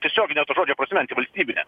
tiesiogine to žodžio prasme antivalstybinė